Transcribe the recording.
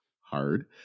hard